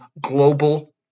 global